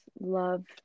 love